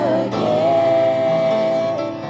again